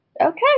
okay